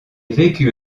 vécut